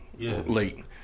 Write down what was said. late